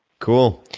cool.